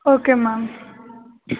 okay ma'am